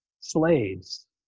slaves